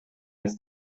ins